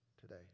today